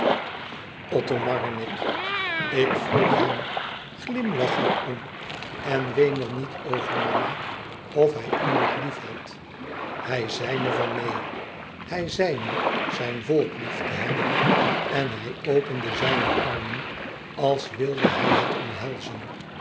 othomar en ik ik vroeg hem glimlach er om en ween er niet over mama of hij iemand lief had hij zei me van neen hij zei me zijn volk lief te hebben en hij opende zijne armen als wilde hij het omhelzen